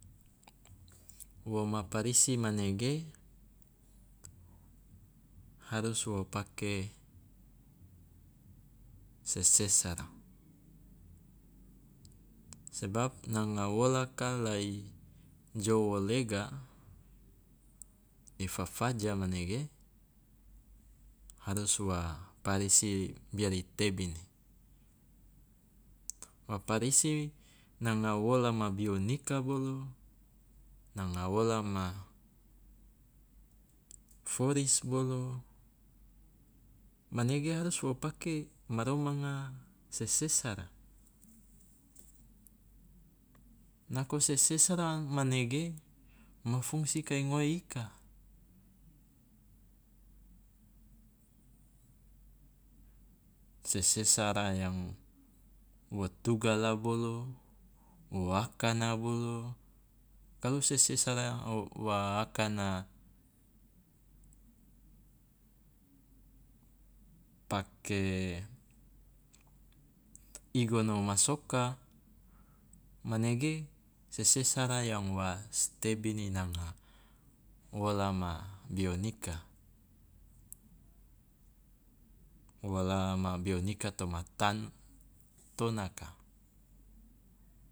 Wo parisi manege, harus wo pake sesera. Sebab nanga wolaka la i jo wo lega i fafaja manege harus wa parisi biar i tebini, wa parisi nanga wola ma bionika bolo, nanga wola ma foris bolo manege harus wo pake ma romanga sesera, nako sesera manege ma fungsi kai ngoe ika. Sesera yang wo tugala bolo, wo akana bolo, kalu sesera wo wa akana pake igono ma soka manege sesera yang wa si tebini nanga wola ma bionika, wola ma bionika toma tan- tonaka